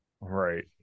Right